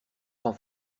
sans